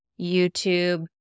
YouTube